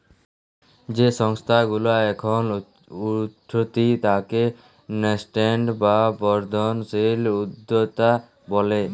যেই সংস্থা গুলা এখল উঠতি তাকে ন্যাসেন্ট বা বর্ধনশীল উদ্যক্তা ব্যলে